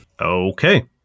Okay